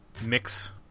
mix